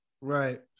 Right